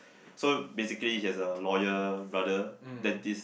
so basically he has a lawyer brother that this